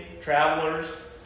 travelers